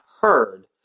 heard